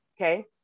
Okay